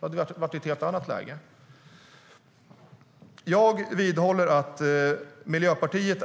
Då hade vi varit i ett helt annat läge. Jag vidhåller att Miljöpartiet